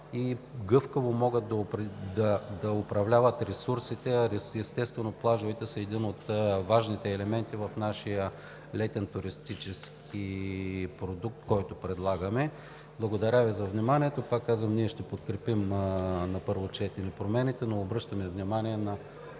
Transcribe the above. и гъвкаво могат да управляват ресурсите. Естествено, плажовете са един от важните елементи в нашия летен туристически продукт, който предлагаме. Благодаря за вниманието. Ние ще подкрепим на първо четене промените, но обръщаме внимание на